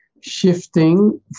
shifting